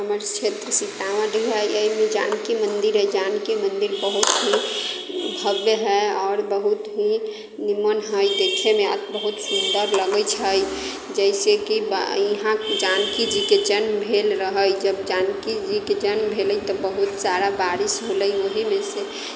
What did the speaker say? हमर क्षेत्र सीतामढ़ी हइ एहिमे जानकी मन्दिर हइ जानकी मन्दिर बहुत ही भव्य हइ आओर बहुत ही निमन हइ देखैमे बहुत सुन्दर लगैत छै जइसे कि बा इहाँ जानकी जीके जन्म भेल रहै जब जानकी जीकेँ जन्म भेलै तब बहुत सारा बारिश होलै ओहिमे से